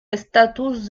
estatus